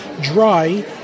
dry